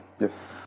Yes